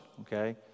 Okay